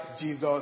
Jesus